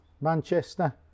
Manchester